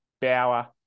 Bower